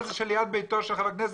שמותר להפגין ליד ביתו של איש ציבור.